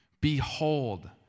behold